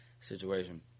situation